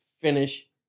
finish